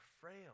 frail